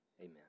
amen